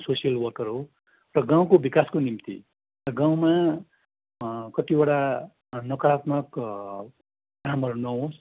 म social worker हो र गाउँको विकासको निम्ति गाउँमा कतिवटा नकारात्मक कामहरू नहोस्